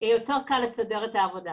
יותר קל לסדר את העבודה.